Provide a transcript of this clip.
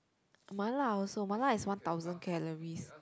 mala also mala is one thousand calories